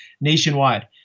nationwide